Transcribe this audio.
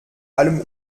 allem